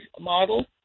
model